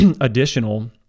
additional